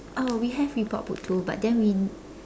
uh we have report book too but then we